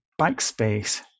backspace